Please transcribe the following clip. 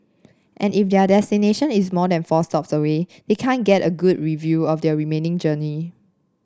and if their destination is more than four stops away they can't get a good review of their remaining journey